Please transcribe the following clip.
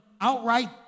outright